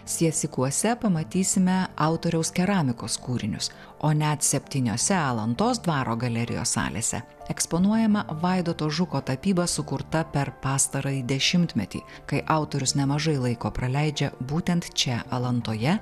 siesikuose pamatysime autoriaus keramikos kūrinius o net septyniose alantos dvaro galerijos salėse eksponuojama vaidoto žuko tapyba sukurta per pastarąjį dešimtmetį kai autorius nemažai laiko praleidžia būtent čia alantoje